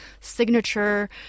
signature